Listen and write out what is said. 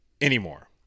anymore